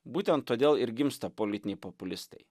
būtent todėl ir gimsta politiniai populistai